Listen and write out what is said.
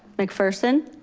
mcpherson.